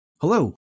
Hello